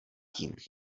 tím